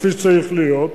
כפי שצריך להיות,